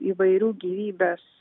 įvairių gyvybės